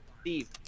steve